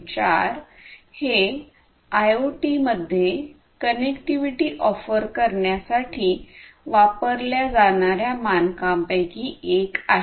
4 हे आयओटी मध्ये connectivity offer करण्यासाठी वापरल्या जाणा मानकांपैकी एक आहे